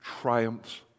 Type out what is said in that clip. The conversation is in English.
triumphs